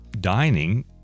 dining